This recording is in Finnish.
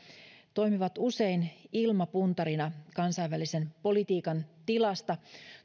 toimivat usein ilmapuntarina kansainvälisen politiikan tilasta